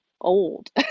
old